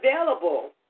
available